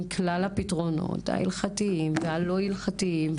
עם כלל הפתרונות ההלכתיים והלא הלכתיים,